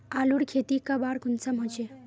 आलूर खेती कब आर कुंसम होचे?